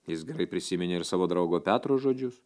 jis gerai prisiminė ir savo draugo petro žodžius